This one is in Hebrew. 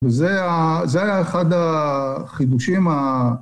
וזה היה אחד החידושים